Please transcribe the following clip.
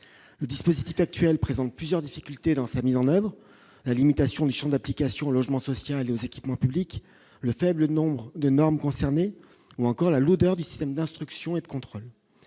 le dispositif actuel présente plusieurs difficultés dans sa mise en oeuvre, la limitation du Champ d'application logement social et aux équipements publics, le faible nombre de normes concernés ou encore la lourdeur du système d'instruction et de contrôle,